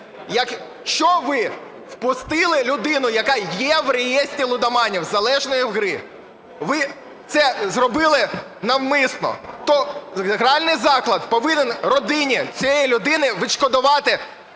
Якщо ви впустили людину, яка є в реєстрі лудоманів – залежною в грі, ви це зробили навмисно, то гральний заклад повинен родині цієї людини відшкодувати